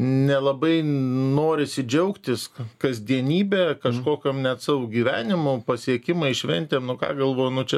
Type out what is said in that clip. nelabai norisi džiaugtis kasdienybe kažkokiom net savo gyvenimo pasiekimais šventėm nu ką galvo nu čia